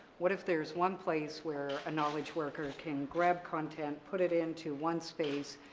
what if there's one place where a knowledge worker can grab content, put it into one space,